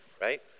right